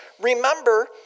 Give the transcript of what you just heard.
Remember